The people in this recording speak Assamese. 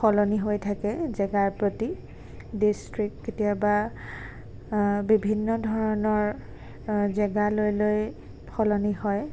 সলনি হৈ থাকে জেগাই প্ৰতি ডিষ্ট্ৰিক্ট কেতিয়াবা বিভিন্ন ধৰণৰ জেগা লৈ লৈ সলনি হয়